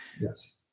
Yes